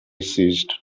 ceased